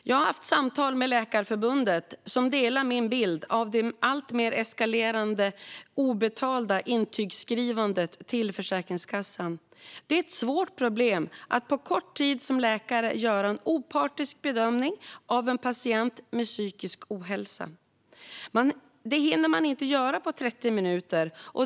Jag har haft samtal med Läkarförbundet som delar min bild av det alltmer eskalerande obetalda intygsskrivandet till Försäkringskassan. Det är ett svårt problem att som läkare på kort tid göra en opartisk bedömning av en patient med psykisk ohälsa. Det hinner man inte göra på 30 minuter.